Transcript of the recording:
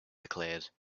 declared